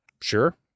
sure